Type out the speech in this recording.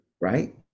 right